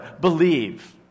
believe